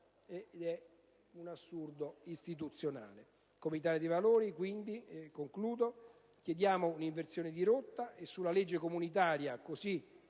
è un assurdo istituzionale. Come Italia dei Valori, in conclusione, chiediamo una inversione di rotta e sulla legge comunitaria così